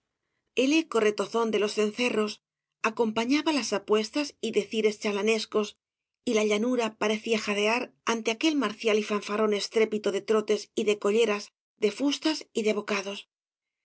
el eco retozón de los cencerros acompañaba las apuestas y decires chalanescos y la llanura parecía jadear ante aquel marcial y fanfarrón estrépito de trotes y de colleras de fustas y de bocados